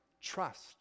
Trust